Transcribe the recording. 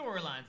storylines